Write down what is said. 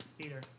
Peter